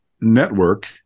network